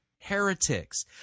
heretics